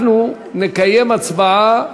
אנחנו נקיים הצבעה,